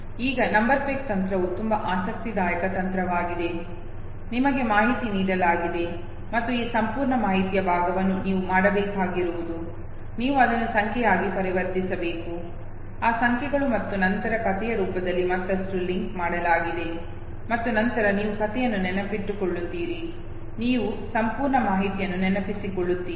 ಈಗ number peg ತಂತ್ರವು ತುಂಬಾ ಆಸಕ್ತಿದಾಯಕ ತಂತ್ರವಾಗಿದೆ ನಿಮಗೆ ಮಾಹಿತಿ ನೀಡಲಾಗಿದೆ ಮತ್ತು ಈ ಸಂಪೂರ್ಣ ಮಾಹಿತಿಯ ಭಾಗವನ್ನು ನೀವು ಮಾಡಬೇಕಾಗಿರುವುದು ನೀವು ಅದನ್ನು ಸಂಖ್ಯೆಯಾಗಿ ಪರಿವರ್ತಿಸಬೇಕು ಆ ಸಂಖ್ಯೆಗಳು ಮತ್ತು ನಂತರ ಕಥೆಯ ರೂಪದಲ್ಲಿ ಮತ್ತಷ್ಟು ಲಿಂಕ್ ಮಾಡಲಾಗಿದೆ ಮತ್ತು ನಂತರ ನೀವು ಕಥೆಯನ್ನು ನೆನಪಿಟ್ಟುಕೊಳ್ಳುತ್ತೀರಿ ಮತ್ತು ನೀವು ಸಂಪೂರ್ಣ ಮಾಹಿತಿಯನ್ನು ನೆನಪಿಸಿಕೊಳ್ಳುತ್ತೀರಿ